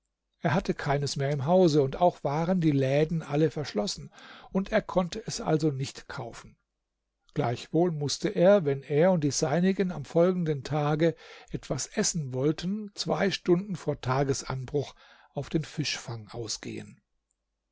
er hatte keines mehr im hause auch waren die läden alle verschlossen und er konnte es also nicht kaufen gleichwohl mußte er wenn er und die seinigen am folgenden tag etwas essen wollten zwei stunden vor tagesanbruch auf den fischfang ausgehen